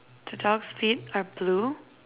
the dog's feet are blue